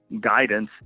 guidance